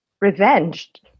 Revenged